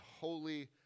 holy